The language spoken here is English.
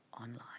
online